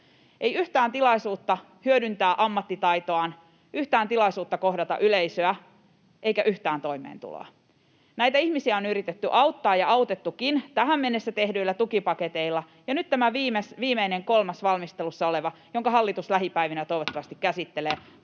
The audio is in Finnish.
ei yhtään tilaisuutta hyödyntää ammattitaitoaan, yhtään tilaisuutta kohdata yleisöä eikä yhtään toimeentuloa. Näitä ihmisiä on yritetty auttaa ja autettukin tähän mennessä tehdyillä tukipaketeilla, ja nyt tämä viimeinen, kolmas, valmistelussa oleva, jonka hallitus toivottavasti lähipäivinä